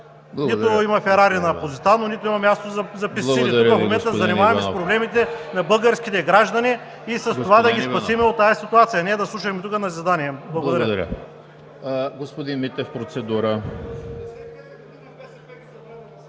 Нито има Ферари на „Позитано“, нито има място за пестициди. Тук в момента се занимаваме с проблемите на българските граждани и с това да ги спасим от тази ситуация, а не да слушаме назидания. Благодаря.